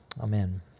Amen